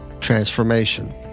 Transformation